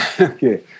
okay